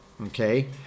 Okay